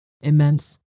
immense